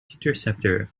interceptor